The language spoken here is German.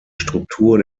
struktur